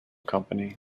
company